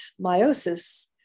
meiosis